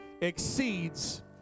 exceeds